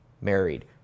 married